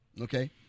Okay